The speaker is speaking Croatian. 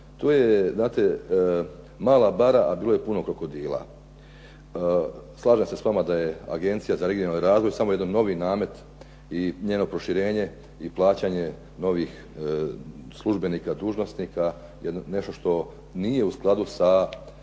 to je znate mala bara, a bilo je puno krokodila. Slažem se s vama da je Agencija za regionalni razvoj samo jedan novi namet i njeno proširenje i plaćanje novih službenika, dužnosnika nešto što nije u skladu sa